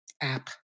app